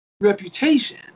reputation